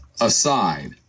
aside